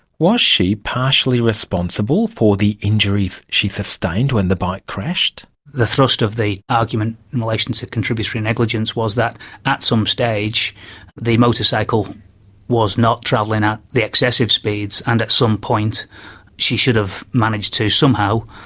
was she partially responsible for the injuries she sustained when the bike crashed? the thrust of the argument in relation to contributory negligence was that at some stage the motorcycle was not travelling at the excessive speeds and at some point she should have managed to somehow,